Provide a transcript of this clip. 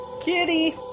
Kitty